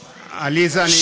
עליזה,